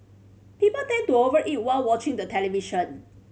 people tend to over eat while watching the television